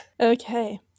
Okay